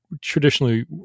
traditionally